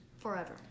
Forever